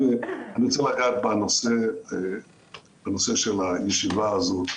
אני רוצה לגעת בנושא של הישיבה הזאת.